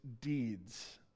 deeds